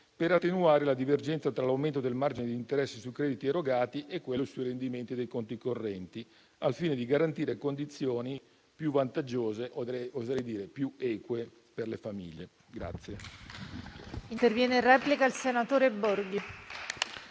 per attenuare la divergenza tra l'aumento del margine di interesse sui crediti erogati e quello sui rendimenti dei conti correnti, al fine di garantire condizioni più vantaggiose - oserei dire più eque - per le famiglie.